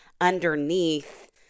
underneath